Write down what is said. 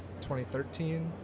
2013